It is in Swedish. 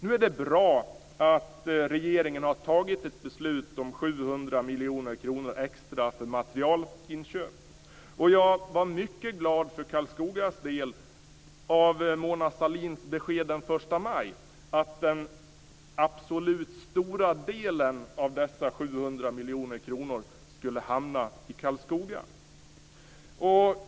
Nu är det bra att regeringen har tagit ett beslut om att lägga 700 miljoner kronor extra på materielinköp. Jag var mycket glad för Karlskogas del efter Mona Sahlins besked den 1 maj om att den "absolut stora delen" av dessa 700 miljoner kronor skulle hamna i Karlskoga.